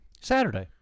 Saturday